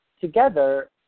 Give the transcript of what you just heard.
Together